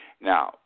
Now